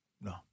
no